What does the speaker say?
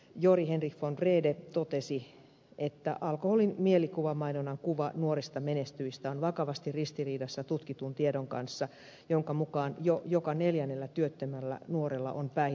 georg henrik wrede totesi että alkoholin mielikuvamainonnan kuva nuorista menestyvistä on vakavasti ristiriidassa tutkitun tiedon kanssa jonka mukaan jo joka neljännellä työttömällä nuorella on päihdehäiriö